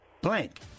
blank